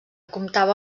comptava